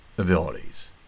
abilities